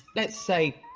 let's say,